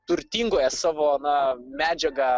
turtingoje savo na medžiaga